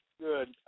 Good